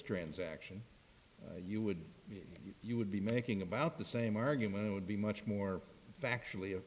transaction you would you would be making about the same argument it would be much more factually